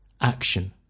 Action